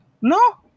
no